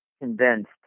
convinced